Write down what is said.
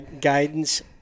guidance